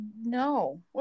No